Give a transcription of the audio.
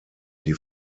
die